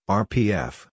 rpf